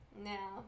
No